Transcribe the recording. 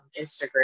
Instagram